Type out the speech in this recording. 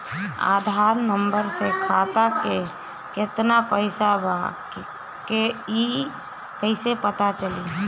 आधार number से खाता में केतना पईसा बा ई क्ईसे पता चलि?